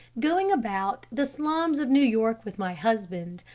going about the slums of new york with my husband,